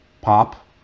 pop